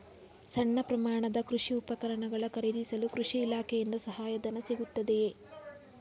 ಸಣ್ಣ ಪ್ರಮಾಣದ ಕೃಷಿ ಉಪಕರಣ ಖರೀದಿಸಲು ಕೃಷಿ ಇಲಾಖೆಯಿಂದ ಸಹಾಯಧನ ಸಿಗುತ್ತದೆಯೇ?